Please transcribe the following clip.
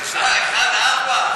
אינו נוכח,